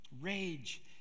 rage